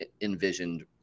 envisioned